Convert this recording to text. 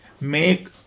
make